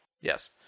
Yes